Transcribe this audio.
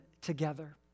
together